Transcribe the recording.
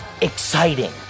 exciting